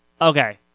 Okay